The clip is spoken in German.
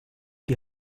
die